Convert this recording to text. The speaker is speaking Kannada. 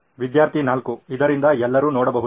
ವಿದ್ಯಾರ್ಥಿ 4 ಇದರಿಂದ ಎಲ್ಲರೂ ನೋಡಬಹುದು